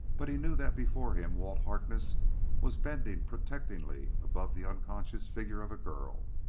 but he knew that before him walt harkness was bending protectingly above the unconscious figure of a girl,